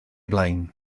blaen